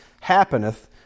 happeneth